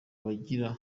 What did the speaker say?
bagira